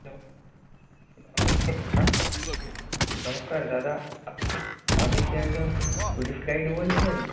হ্যাঁ নমস্কার দাদা নমস্কার দাদা আপ আপনি কি একজন টুরিস্ট গাইড বলছেন